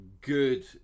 good